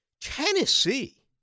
Tennessee